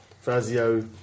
Fazio